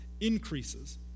increases